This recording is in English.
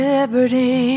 Liberty